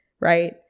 right